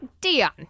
Dion